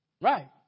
right